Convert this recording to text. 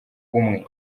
umwe